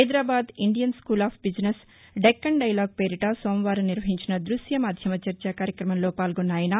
Hyderabad Indian school of business Deccan dialogue పేరిట సోమవారం నిర్వహించిన దృశ్యమాధ్యమ చర్చా కార్యక్రమంలో పాల్గొన్న ఆయన